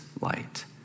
light